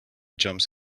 jumps